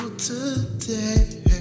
Today